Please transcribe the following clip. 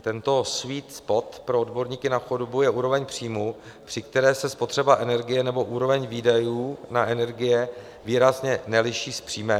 Tento sweet spot pro odborníky na chudobu je úroveň příjmů, při které se spotřeba energie nebo úroveň výdajů na energie výrazně neliší s příjmem.